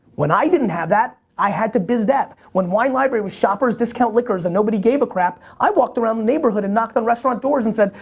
when i didn't have that, i had to biz dev. when wine library was shopper's discount liquors and nobody gave a crap, i walked around the neighborhood and knocked on restaurant doors and said,